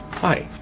hi,